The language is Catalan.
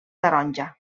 taronja